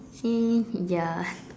y~ ya